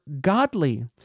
godly